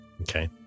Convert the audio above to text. Okay